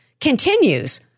continues